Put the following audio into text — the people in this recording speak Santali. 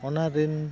ᱚᱱᱟ ᱨᱤᱱ